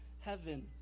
heaven